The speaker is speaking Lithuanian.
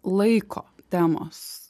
laiko temos